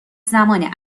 زمان